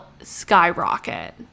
skyrocket